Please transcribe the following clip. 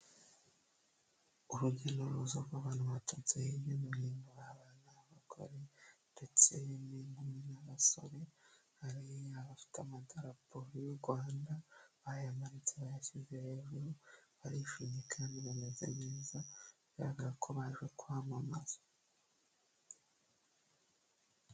Urujya n'uruza rw'abantu baturutse hirya no hino, harimo abana, abagore, ndetse n'inkumi n'abasore, hari abafite amadarapo y'u Rwanda bayamanitse bayashyize hejuru, barishimye kandi bameze neza, bigaragara ko baje kwamamaza.